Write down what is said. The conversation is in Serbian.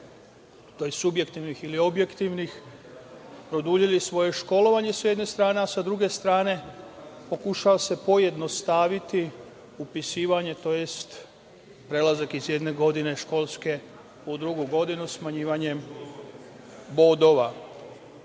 subjektivnih ili objektivnih, produžili svoje školovanje, s jedne strane. S druge strane, pokušava se pojednostaviti upisivanje, tj. prelazak iz jedne školske godine u drugu godinu, smanjivanjem bodova. Naravno